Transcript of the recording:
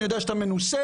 אני יודע שאתה מנוסה,